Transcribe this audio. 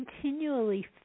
continually